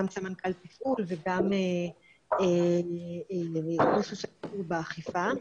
גם סמנכ"ל תפעול וגם ראש השיטור והאכיפה.